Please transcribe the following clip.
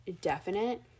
definite